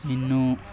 ಇನ್ನು